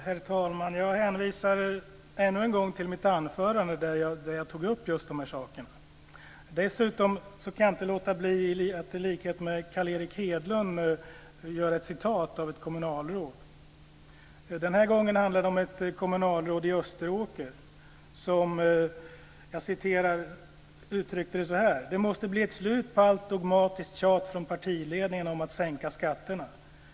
Herr talman! Jag hänvisar än en gång till mitt anförande där jag tog upp just de här sakerna. Dessutom kan jag inte låta bli att i likhet med Carl Erik Hedlund citera ett kommunalråd. Det handlar om ett kommunalråd i Österåker som uttryckte det så här: Det måste bli ett slut på allt dogmatiskt tjat från partiledningen om att sänka skatterna.